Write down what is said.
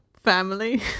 family